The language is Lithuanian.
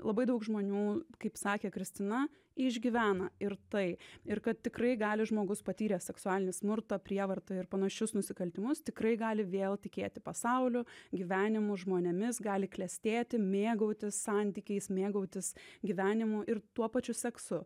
labai daug žmonių kaip sakė kristina išgyvena ir tai ir kad tikrai gali žmogus patyręs seksualinį smurtą prievartą ir panašius nusikaltimus tikrai gali vėl tikėti pasauliu gyvenimu žmonėmis gali klestėti mėgautis santykiais mėgautis gyvenimu ir tuo pačiu seksu